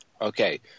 Okay